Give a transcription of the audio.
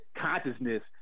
consciousness